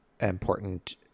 important